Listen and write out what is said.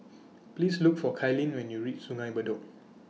Please Look For Kailyn when YOU REACH Sungei Bedok